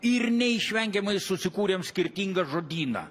ir neišvengiamai susikūrėm skirtingą žodyną